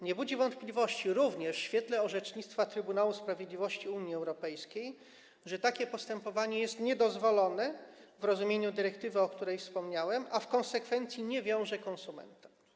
Nie budzi wątpliwości również w świetle orzecznictwa Trybunału Sprawiedliwości Unii Europejskiej, że takie postępowanie jest niedozwolone w rozumieniu dyrektywy, o której wspomniałem, a w konsekwencji nie wiąże konsumenta.